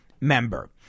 member